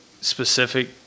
specific